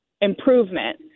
improvement